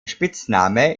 spitzname